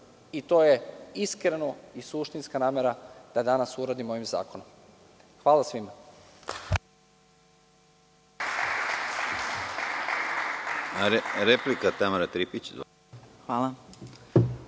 To je iskrena i suštinska namera da danas uradimo ovim zakonom. Hvala svima.